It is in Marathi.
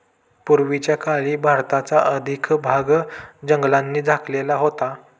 पूर्वीच्या काळी भारताचा अधिक भाग जंगलांनी झाकलेला होता